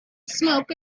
smoke